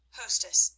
hostess